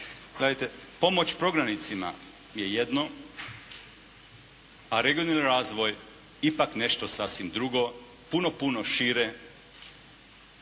Gledajte, pomoć prognanicima je jedno a regionalni razvoj ipak nešto sasvim drugo, puno puno šire